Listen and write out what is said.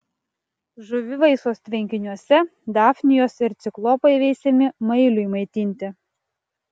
žuvivaisos tvenkiniuose dafnijos ir ciklopai veisiami mailiui maitinti